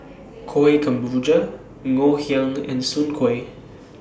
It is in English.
Kueh Ngoh Hiang and Soon Kueh